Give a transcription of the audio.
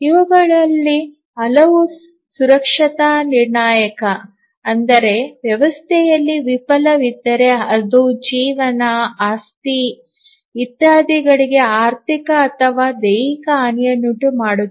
ಇವುಗಳಲ್ಲಿ ಹಲವು ಸುರಕ್ಷತಾ ನಿರ್ಣಾಯಕ ಅಂದರೆ ವ್ಯವಸ್ಥೆಯಲ್ಲಿ ವೈಫಲ್ಯವಿದ್ದರೆ ಅದು ಜೀವನ ಆಸ್ತಿ ಇತ್ಯಾದಿಗಳಿಗೆ ಆರ್ಥಿಕ ಅಥವಾ ದೈಹಿಕ ಹಾನಿಯನ್ನುಂಟುಮಾಡುತ್ತದೆ